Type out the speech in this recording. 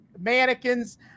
mannequins